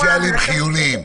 עובדים סוציאליים חיוניים.